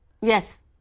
yes